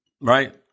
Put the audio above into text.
right